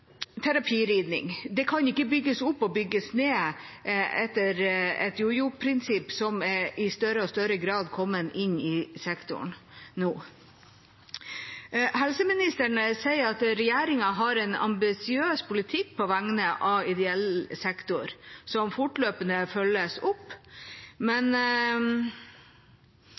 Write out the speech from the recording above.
Terapiridning kan ikke bygges opp og bygges ned etter et jojo-prinsipp, som i større og større grad nå har kommet inn i sektoren. Helseministeren sier at regjeringa har en ambisiøs politikk på vegne av ideell sektor som fortløpende følges opp. Men